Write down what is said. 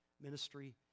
ministry